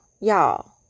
Y'all